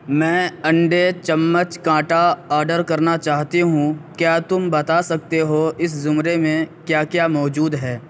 میں انڈے چمچ کانٹا آڈر کرنا چاہتی ہوں کیا تم بتا سکتے ہو اس زمرے میں کیا کیا موجود ہے